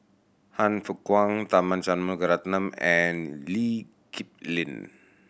Han Fook Kwang Tharman Shanmugaratnam and Lee Kip Lin